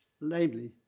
namely